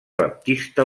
baptista